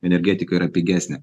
energetika yra pigesnė